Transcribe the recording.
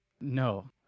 no